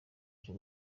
cyo